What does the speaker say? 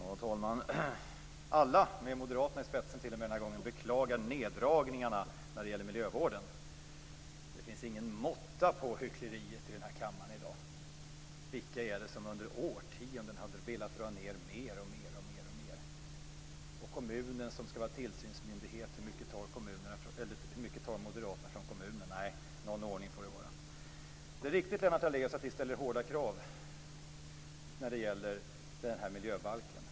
Fru talman! Alla, den här gången t.o.m. med Moderaterna i spetsen, beklagar neddragningarna när det gäller miljövården. Det finns ingen måtta på hyckleriet i den här kammaren i dag. Vilka är det som under årtionden har velat dra ned mer och mer och mer? Kommunen skall vara tillsynsmyndighet, men hur mycket tar Moderaterna från kommunerna? Nej, någon ordning får det vara! Det är riktigt, Lennart Daléus, att vi ställer hårda krav när det gäller miljöbalken.